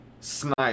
Snipe